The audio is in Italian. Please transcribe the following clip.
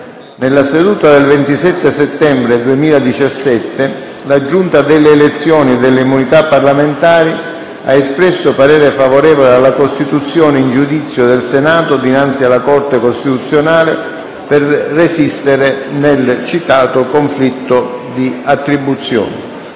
Nella seduta del 27 settembre 2017, la Giunta delle elezioni e delle immunità parlamentari ha espresso parere favorevole alla costituzione in giudizio del Senato dinanzi alla Corte costituzionale per resistere nel citato conflitto di attribuzione.